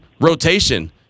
rotation